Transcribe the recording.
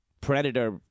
predator